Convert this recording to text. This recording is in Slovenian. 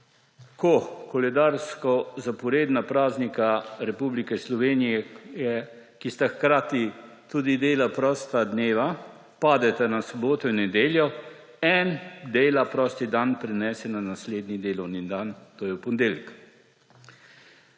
ko koledarsko zaporedna praznika Republike Slovenije, ki sta hkrati tudi dela prosta dneva, padeta na soboto in nedeljo, en dela prosti dan prenese na naslednji delovni dan, to je v ponedeljek.